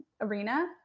arena